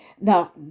Now